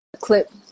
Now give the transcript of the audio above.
clip